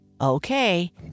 Okay